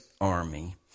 army